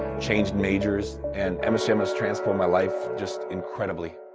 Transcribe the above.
changed majors, and msum has transformed my life just incredibly.